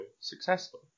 successful